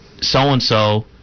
so-and-so